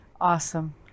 Awesome